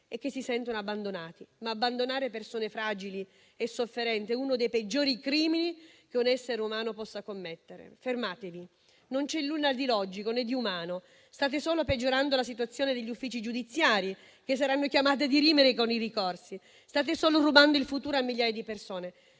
a chi si sente abbandonato. Abbandonare persone fragili e sofferenti, tuttavia, è uno dei peggiori crimini che un essere umano possa commettere. Fermatevi. Non c'è nulla di logico, né di umano: state solo peggiorando la situazione degli uffici giudiziari, che saranno chiamati a dirimere i ricorsi. State solo rubando il futuro a migliaia di persone;